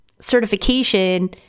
certification